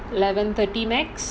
eleven thirty maximum